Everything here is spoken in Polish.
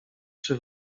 czy